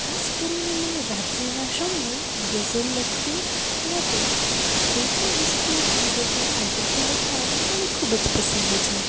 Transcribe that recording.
ખાસ કરીને મને રાત્રિના સમયે ગઝલ લખવી અથવા તો કોઈ પણ વસ્તુ બાબતે આર્ટિકલ લખવાનું મને ખૂબ જ પસંદ છે